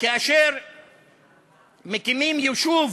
כאשר מקימים יישוב